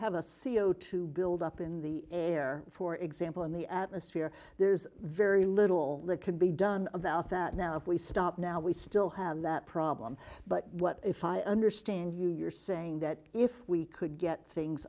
have a c o two build up in the air for example in the atmosphere there's very little that can be done about that now if we stop now we still have that problem but what if i understand you you're saying that if we could get things